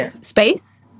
space